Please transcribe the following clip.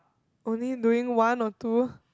only doing one or two